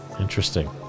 interesting